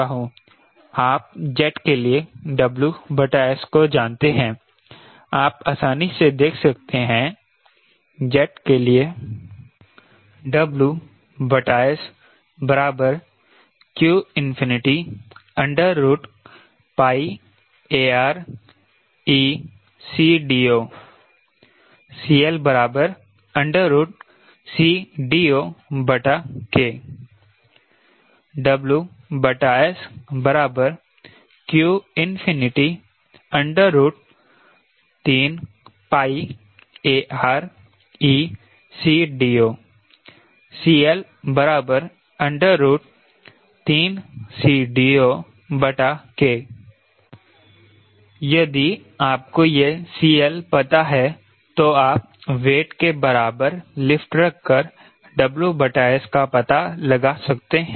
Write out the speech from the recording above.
आप जेट के लिए WS को जानते हैं आप आसानी से देख सकते हैं जेट के लिए WS qAReCDO CL CDOK WS q3AReCDO CL 3CDOK यदि आपको यह CL पता है तो आप वेट के बराबर लिफ्ट रखकर WS का पता लगा सकते हैं